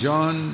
John